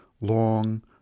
long